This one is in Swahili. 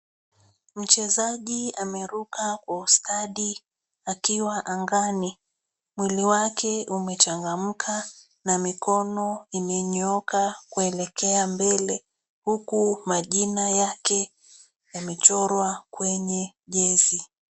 Mchezaji ameruka kwa ustadi akiwa angani. Mwili wake umechangamka na mikono imenyooka kuelekea mbele huku majina yake yamechorwa kwenye jezi.